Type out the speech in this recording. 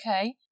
okay